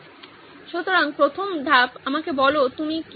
সুতরাং প্রথম ধাপ আমাকে বলুন আপনি কি করেছেন